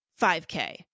5k